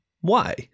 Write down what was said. Why